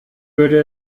würde